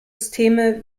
systeme